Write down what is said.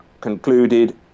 concluded